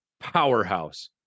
powerhouse